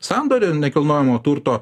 sandorį nekilnojamojo turto